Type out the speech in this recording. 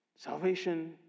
Salvation